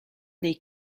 dei